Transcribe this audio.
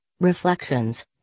reflections